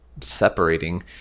separating